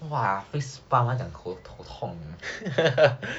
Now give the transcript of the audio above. !wah! facepalm 他讲头痛